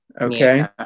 Okay